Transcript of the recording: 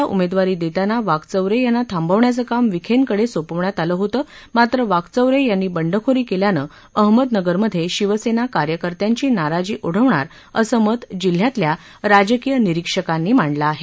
सुजयला उमेदवारी देताना वाकचौरे यांना थांबविण्याचे काम विखेंकडे सोपविण्यात आलं होतं मात्र वाकचौरे यांनी बंडखोरी केल्यानं अहमदनगर मध्ये शिवसेना कार्यकर्त्यांची नाराजी ओढवणार असं मत जिल्ह्यातल्या राजकीय निरीक्षकांनी मांडलं आहे